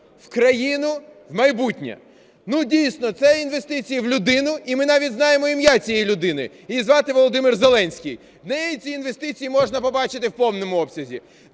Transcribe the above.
в країну, в майбутнє. Дійсно, це інвестиції в людину, і ми навіть знаємо ім'я цієї людини, її звати Володимир Зеленський. В неї ці інвестиції можна побачити в повному обсязі,